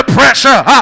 pressure